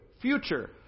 future